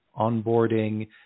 onboarding